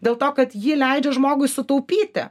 dėl to kad ji leidžia žmogui sutaupyti